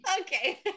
Okay